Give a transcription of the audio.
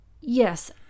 Yes